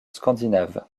scandinaves